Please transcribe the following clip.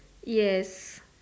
yes